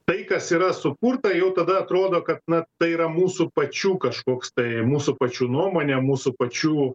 tai kas yra sukurta jau tada atrodo kad na tai yra mūsų pačių kažkoks tai mūsų pačių nuomonė mūsų pačių